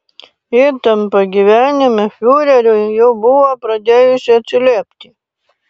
įtampa gyvenime fiureriui jau buvo pradėjusi atsiliepti